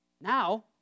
Now